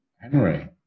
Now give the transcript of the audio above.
henry